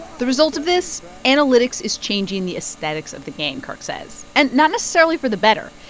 the result of this analytics is changing the aesthetics of the game, kirk says, and not necessarily for the better.